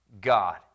God